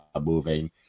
moving